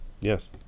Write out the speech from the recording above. Yes